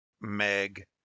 Meg